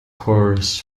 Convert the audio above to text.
chorus